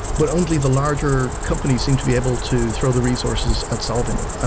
but only the larger companies seem to be able to throw the resources at solving them. ah